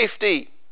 safety